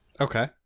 Okay